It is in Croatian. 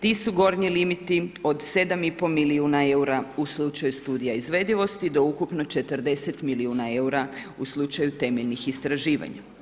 Ti su gornji limiti od 7,5 milijuna eura u slučaju studija izvedivosti do ukupno 40 milijuna eura u slučaju temeljnih istraživanja.